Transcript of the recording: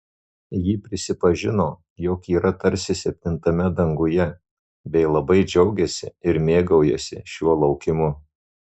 ji prisipažino jog yra tarsi septintame danguje bei labai džiaugiasi ir mėgaujasi šiuo laukimu